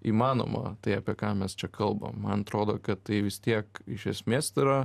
įmanoma tai apie ką mes čia kalbam man atrodo kad tai vis tiek iš esmės tai yra